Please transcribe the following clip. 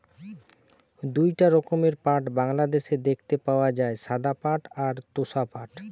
দুইটা রকমের পাট বাংলাদেশে দেখতে পাওয়া যায়, সাদা পাট আর তোষা পাট